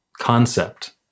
concept